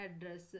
address